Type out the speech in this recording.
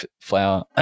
flour